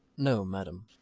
no, madam.